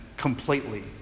Completely